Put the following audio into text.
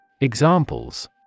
Examples